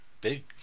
big